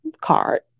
card